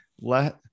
Let